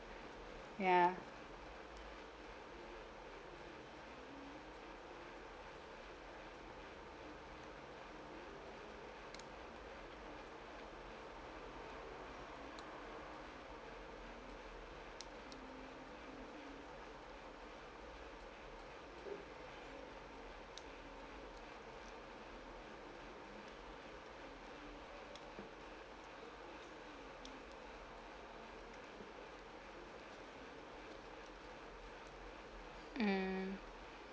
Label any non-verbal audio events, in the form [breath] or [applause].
ya [breath] mm